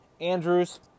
Andrews